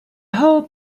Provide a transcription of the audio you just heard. whole